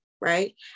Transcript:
right